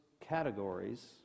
categories